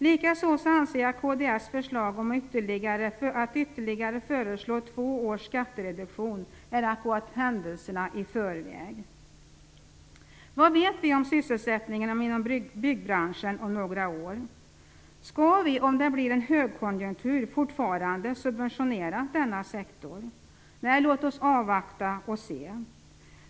Likaså anser jag att kds förslag om ytterligare två års skattereduktion är att gå händelserna i förväg. Vad vet vi om sysselsättningen inom byggbranschen om några år? Skall vi om det blir en högkonjunktur fortfarande subventionera denna sektor? Nej, låt oss avvakta och se!